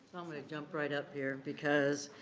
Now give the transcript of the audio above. i'm gonna jump right up here because